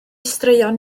straeon